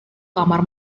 kamar